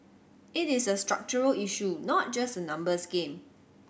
it is a structural issue not just a numbers game